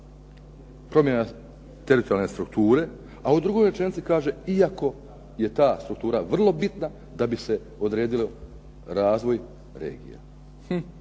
promjena teritorijalne strukture, a u drugoj rečenici kaže iako je ta struktura vrlo bitna da bi se odredio razvoj regija.